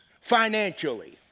financially